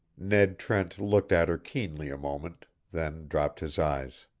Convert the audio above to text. ned trent looked at her keenly a moment, then dropped his eyes.